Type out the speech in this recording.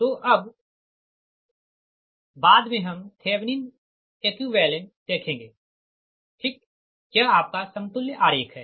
तो अब बाद में हम थेवनिन एकुइवेलेंट देखेंगे ठीक यह आपका समतुल्य आरेख है